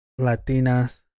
Latinas